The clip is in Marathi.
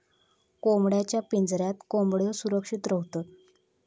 कोंबड्यांच्या पिंजऱ्यात कोंबड्यो सुरक्षित रव्हतत